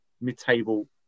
mid-table